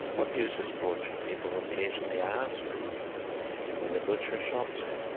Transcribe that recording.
what use is poetry? people occasionally ask in the butcher shop, say.